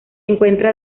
encuentra